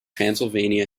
transylvania